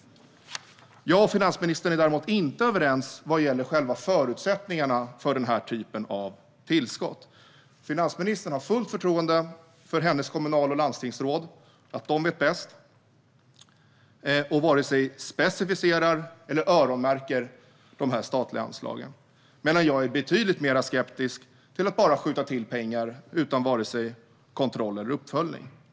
Däremot är jag och finansministern inte överens vad gäller själva förutsättningarna för detta slags tillskott. Finansministern har fullt förtroende för att hennes kommunal och landstingsråd vet bäst, och hon varken specificerar eller öronmärker pengarna. Jag är betydligt mer skeptisk till att bara skjuta till pengar utan kontroll eller uppföljning.